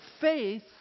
faith